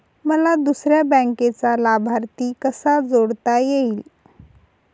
मला दुसऱ्या बँकेचा लाभार्थी कसा जोडता येईल?